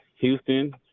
Houston